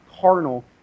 carnal